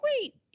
Wait